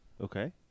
Okay